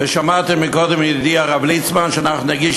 שמעתם קודם מידידי הרב ליצמן שאנחנו באמת נגיש